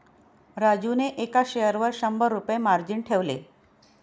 राजूने एका शेअरवर शंभर रुपये मार्जिन ठेवले